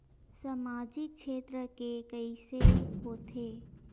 सामजिक क्षेत्र के कइसे होथे?